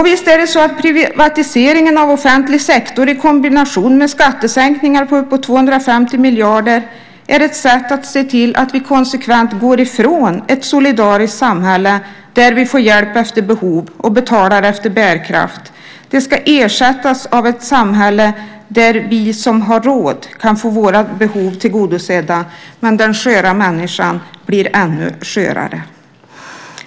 Visst är det så att privatiseringen av offentlig sektor i kombination med skattesänkningar på uppåt 250 miljarder är ett sätt att se till att vi konsekvent går ifrån ett solidariskt samhälle där vi får hjälp efter behov och betalar efter bärkraft. Det ska ersättas av ett samhälle där vi som har råd kan få våra behov tillgodosedda, men den sköra människan blir ännu skörare.